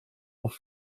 auf